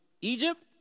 Egypt